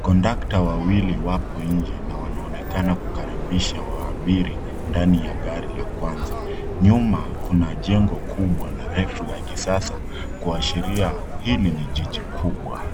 Kondakta wawili wapo nje na wanaonekana kukaribisha waabiri ndani ya gari la kwanza. Nyuma kuna jengo kubwa na refu la kisasa kuashiria hili ni jiji kubwa.